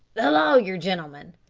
the lawyer gentleman.